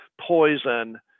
poison